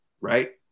right